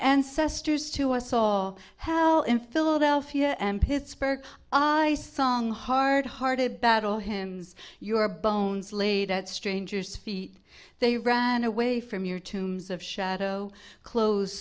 ancestors to us all hell in philadelphia and pittsburgh i saw a long hard hearted battle hymn your bones laid at strangers feet they ran away from your tombs of shadow close